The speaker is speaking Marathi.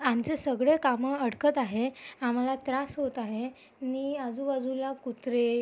आमचे सगळे कामं अडकत आहे आम्हाला त्रास होत आहे आणि आजूबाजूला कुत्रे